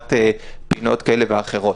סגירת פינות כאלה ואחרות.